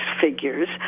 figures